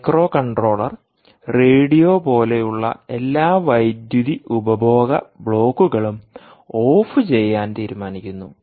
microcontroller radio പോലെ ഉളള എല്ലാ വൈദ്യുതി ഉപഭോഗ ബ്ലോക്കുകളും ഓഫ് ചെയ്യാൻ തീരുമാനിക്കുന്നു